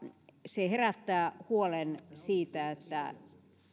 se herättää huolen siitä